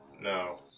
No